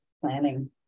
planning